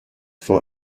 for